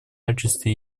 качестве